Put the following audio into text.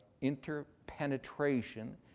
interpenetration